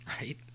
Right